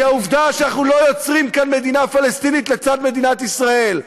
היא העובדה שאנחנו לא יוצרים כאן מדינה פלסטינית לצד מדינת ישראל,